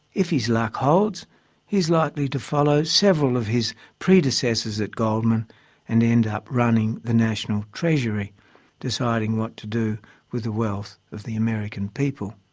if his luck holds he is likely to follow several of his predecessors at goldman and end up running the national treasury deciding what to do with the wealth of the american people.